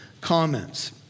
comments